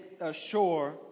ashore